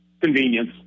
Convenience